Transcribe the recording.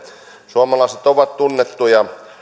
suomalaiset ovat tunnettuja